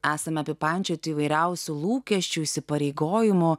esame apie pančioti įvairiausių lūkesčių įsipareigojimų